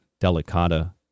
Delicata